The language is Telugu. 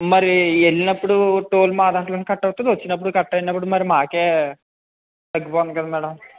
మరీ వెళ్లినప్పుడు టోల్ మా దాంట్లో నుంచి కట్ అవుతుంది వచ్చేటప్పుడు కట్ అయినప్పుడు మరి మాకే తగ్గిపోతంది కదా మ్యాడం